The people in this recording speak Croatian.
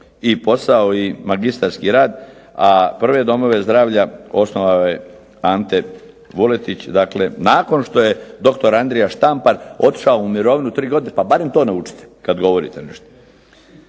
i posao i magistarski rad, a prve domove zdravlja osnovao je Ante Vuletić, dakle nakon što je doktor Andrija Štampar otišao u mirovinu tri godine. Pa barem to naučite kad govorite nešto.